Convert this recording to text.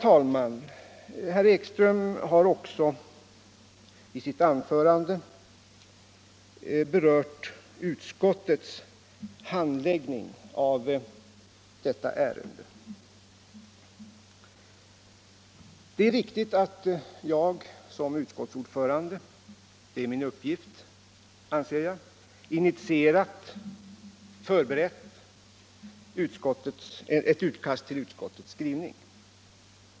Vidare tog herr Ekström upp utskottets handläggning av detta ärende. Det är riktigt att jag som utskottsordförande har initierat och förberett ett utkast till utskottets skrivning. Det anser jag vara min uppgift.